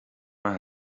maith